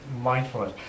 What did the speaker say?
mindfulness